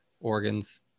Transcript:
organs